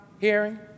hearing